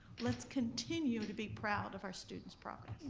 let's continue to be proud of our students' progress.